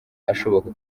ashoboka